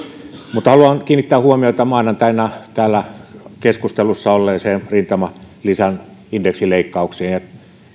mutta haluan kiinnittää huomiota maanantaina täällä keskustelussa olleeseen rintamalisän indeksileikkaukseen ja